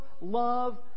love